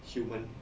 human